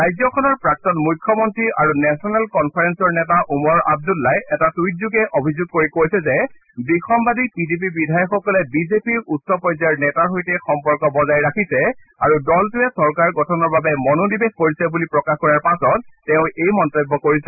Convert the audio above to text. ৰাজ্যখনৰ প্ৰাক্তন মুখ্যমন্ত্ৰী আৰু নেখনেল কনফাৰেন্সৰ নেতা ওমৰ আন্দুলাই এটা টুইটযোগে অভিযোগ কৰি কৈছে যে বিসম্বদী পি ডি পি বিধায়কসকলে বিজেপিৰ উচ্চ পৰ্যায়ৰ নেতাৰ সম্পৰ্ক বজাই ৰাখিছে আৰু দলটোৱে চৰকাৰ গঠনৰ বাবে মনোনিবেশ কৰিছে বুলি প্ৰকাশ কৰাৰ পাছত তেওঁ এই মন্তব্য কৰিছে